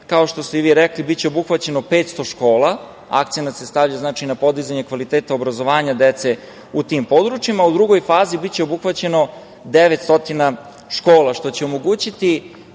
kao što ste i vi rekli biće obuhvaćeno 500 škola, akcenat se stavlja na podizanje kvaliteta obrazovanja dece u tim područjima, u drugoj fazi biće obuhvaćeno 900 škola što će omogućiti